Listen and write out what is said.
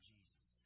Jesus